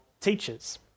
teachers